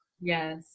Yes